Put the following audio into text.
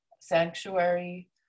sanctuary